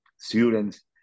students